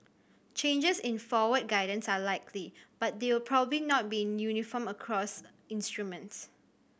changes in forward guidance are likely but they will probably not be uniform across instruments